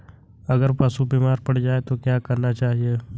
अगर पशु बीमार पड़ जाय तो क्या करना चाहिए?